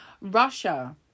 Russia